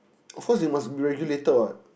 of course you must be regulated what